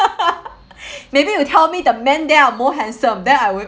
maybe you tell me the men there are more handsome than I would